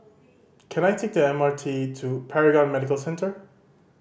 can I take the M R T to Paragon Medical Centre